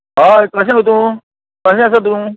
हय गो आसा तूं कशें आसा तूं